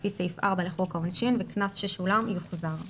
לפי סעיף 4 לחוק העונשין וקנס ששולם יוחזר.